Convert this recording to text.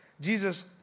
Jesus